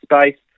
space